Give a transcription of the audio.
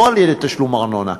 לא על-ידי תשלום ארנונה,